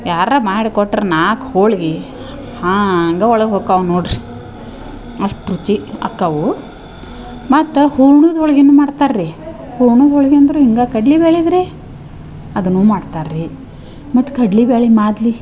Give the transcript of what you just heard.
ಯಾರ್ರ ಮಾಡಿ ಕೊಟ್ರ ನಾಲ್ಕು ಹೋಳಿಗಿ ಹಾಂಗೆ ಒಳಗೆ ಹೋಕ್ಕವು ನೋಡ್ರಿ ಅಷ್ಟು ರುಚಿ ಅಕ್ಕವೂ ಮತ್ತು ಹೂರ್ಣುದ ಹೋಳಿಗಿನೂ ಮಾಡ್ತಾರ್ರೀ ಹೂರ್ಣುದ ಹೋಳಿಗಿ ಅಂದ್ರ ಹಿಂಗೆ ಕಡಲಿ ಬ್ಯಾಳಿಗೆ ರೀ ಅದನು ಮಾಡ್ತಾರೆ ರೀ ಮತ್ತು ಕಡಲಿ ಬ್ಯಾಳಿ ಮಾದ್ಲಿ